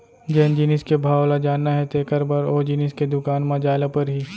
जेन जिनिस के भाव ल जानना हे तेकर बर ओ जिनिस के दुकान म जाय ल परही